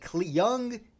young